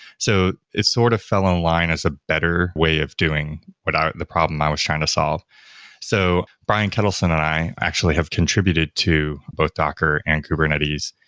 so it sort of fell in-line as a better way of doing without the problem i was trying to solve so brian ketelsen and i actually have contributed to both docker and kubernetes.